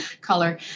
color